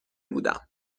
بودم